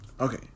okay